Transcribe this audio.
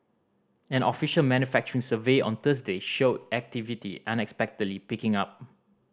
an official manufacturing survey on Thursday showed activity unexpectedly picking up